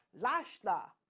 lashla